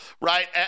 right